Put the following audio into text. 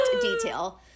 detail